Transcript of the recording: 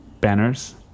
banners